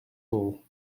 all